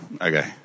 Okay